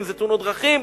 אם זה תאונות דרכים,